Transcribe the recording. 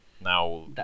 now